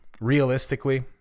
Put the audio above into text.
realistically